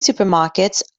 supermarkets